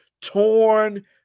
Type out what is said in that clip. torn